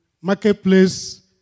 marketplace